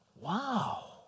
Wow